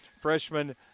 freshman